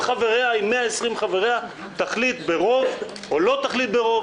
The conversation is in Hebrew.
עם 120 חבריה תחליט ברוב או לא תחליט ברוב,